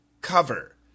cover